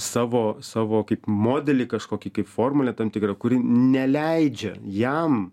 savo savo kaip modelį kažkokį kaip formulę tam tikrą kuri neleidžia jam